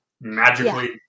magically